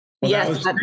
yes